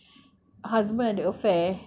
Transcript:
husband ada affair